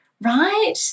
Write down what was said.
right